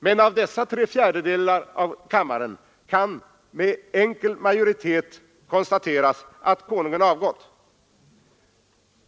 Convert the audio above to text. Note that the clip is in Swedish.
Men dessa tre fjärdedelar av kammaren kan med enkel majoritet konstatera att konungen avgått.